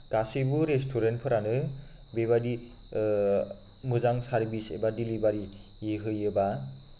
गासैबो रेस्टुरेन्टफोरानो बेबादि मोजां सार्भिस एबा डिलिभारि होयोब्ला